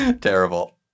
Terrible